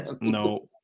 no